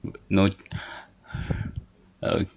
no oka~